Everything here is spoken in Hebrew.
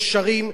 גשרים,